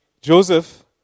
Joseph